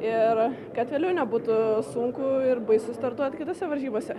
ir kad vėliau nebūtų sunku ir baisu startuoti kitose varžybose